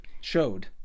showed